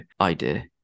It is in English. idea